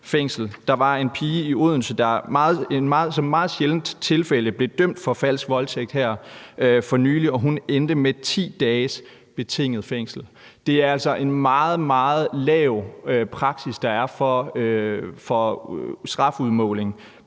Der var en pige i Odense, som i et meget sjældent tilfælde blev dømt for falsk anklage om voldtægt her for nylig, og hun endte med at få 10 dages betinget fængsel. Det er altså i praksis en meget, meget lav straf, der bliver udmålt